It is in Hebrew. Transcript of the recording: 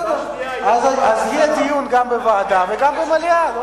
בעד זה מוכרח להיות בעד ועדה ונגד זה הסרה.